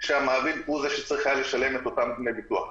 כשהמעביד הוא זה שהיה צריך לשלם את אותם דמי ביטוח.